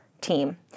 Team